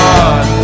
God